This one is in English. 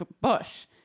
Bush